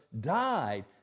died